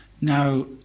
now